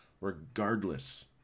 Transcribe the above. regardless